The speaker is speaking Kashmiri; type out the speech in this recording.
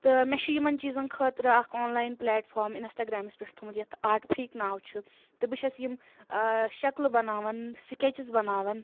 تہٕ مےٚ چھُ یِمَن چیٖزَن خٲطرٕ اَکھ آن لایِن پلیٹ فارَم اِنَسٹاگرٛامَس پٮ۪ٹھ تھوٚمُت یَتھ آرٹ فیٖک ناو چھُ تہٕ بہٕ چھیٚس یِم ٲں شکلہٕ بَناوان سِکیٚچِس بَناوان